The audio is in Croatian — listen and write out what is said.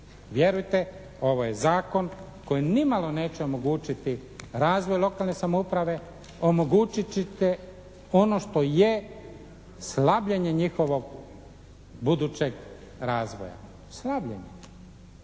Vjerujte, ovo je zakon koji nimalo neće omogućiti razvoj lokalne samouprave, omogućit će ono što je, slabljenje njihovog budućeg razvoja, slabljenje